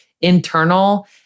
internal